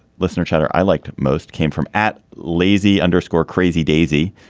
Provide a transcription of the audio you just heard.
listener chatter i liked most came from at lazy underscore crazy daisy.